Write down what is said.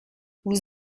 vous